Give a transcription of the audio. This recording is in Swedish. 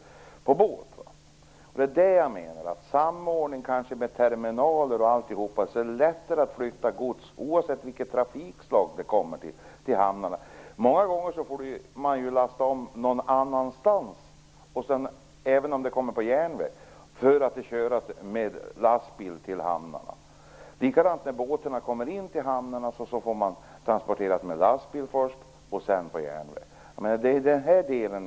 Jag menar att det är lättare att flytta godset med samordning av terminaler osv., oavsett vilket trafikslag det skall övertas av i hamnarna. Många gånger får man lasta om någon annanstans än vid hamnarna, även om godset kommer på järnväg, och sedan köra det med lastbil till hamnarna. På liknande sätt är det när båtarna kommer in till hamnarna. Då får godset först transporteras med lastbil och sedan på järnväg.